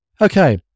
Okay